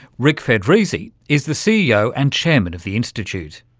rick fedrizzi is the ceo and chairman of the institute.